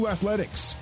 Athletics